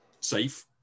safe